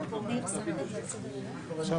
כחברים בקואליציה, לא